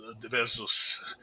versus